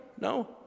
No